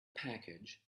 package